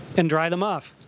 and dry them off.